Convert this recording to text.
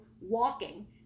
walking